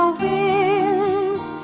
wings